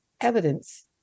evidence